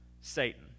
Satan